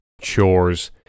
chores